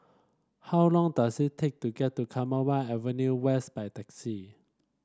how long does it take to get to Commonweal Avenue West by taxi